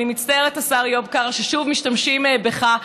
אני מצטערת, השר איוב קרא, ששוב משתמשים בך.